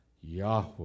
Yahweh